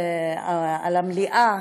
על המליאה,